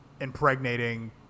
impregnating